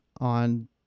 on